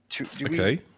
Okay